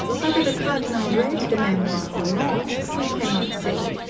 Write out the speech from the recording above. whether the cardinal read the memoir or not, we cannot say,